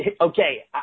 okay